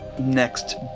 next